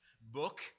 book